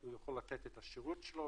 שהוא יכול לתת את השירות שלו,